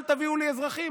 אל תביאו לי אזרחים,